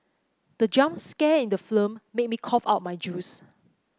the jump scare in the film made me cough out my juice